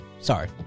Sorry